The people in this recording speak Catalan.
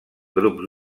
grups